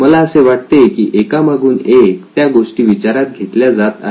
मला असे वाटते की एका मागुन एक त्या गोष्टी विचारात घेतल्या जात आहेत